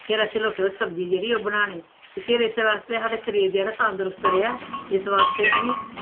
फिर असें लोकें ओह् सब्जी जेह्ड़ी बनानी ते फिर इस्सै बास्तै साढ़ा शरीर जेह्ड़ा तंदरुस्त रेआ इस बास्तै असें